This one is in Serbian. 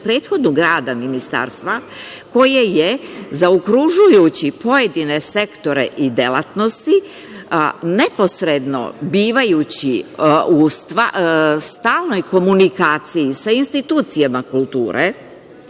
prethodnog rada Ministarstva, koje je zaokružujući pojedine sektore i delatnosti, neposredno bivajući u stalnoj komunikaciji sa institucijama kulture